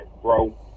bro